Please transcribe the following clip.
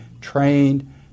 trained